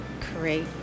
create